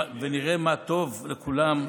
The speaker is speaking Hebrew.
ונראה מה טוב לכולם.